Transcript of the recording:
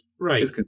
Right